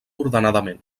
ordenament